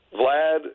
Vlad